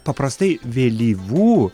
paprastai vėlyvų